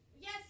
Yes